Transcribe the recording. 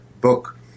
book